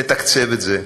תתקצב את זה,